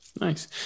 Nice